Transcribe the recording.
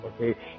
okay